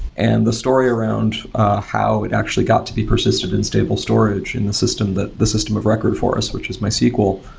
and the story around how it actually got to be persistent and stable storage in the system that the system of record for us, which is mysql,